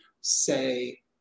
say